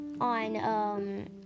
on